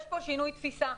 יש כאן שינוי תפיסה.